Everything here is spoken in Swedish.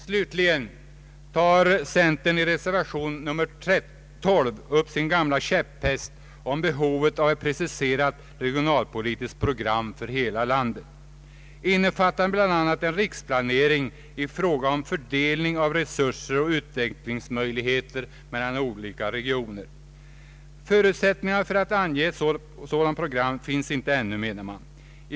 Slutligen tar centern i reservationen nr 12 upp sin gamla käpphäst om behovet av att precisera ett regionalpolitiskt program för hela landet, innefattande bl.a. en riksplanering i fråga om fördelning av resurser och utvecklingsmöjligheter mellan olika regioner. Förutsättningar för att ange ett sådant program finns inte ännu, menar man.